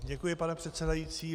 Děkuji, pane předsedající.